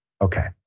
Okay